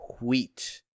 Wheat